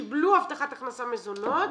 קיבלו הבטחת הכנסה מזונות,